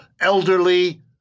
elderly